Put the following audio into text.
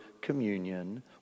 communion